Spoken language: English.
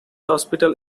hospital